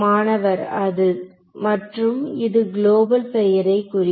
மாணவர் அது மற்றும் இது குளோபல் பெயரை குறிக்கும்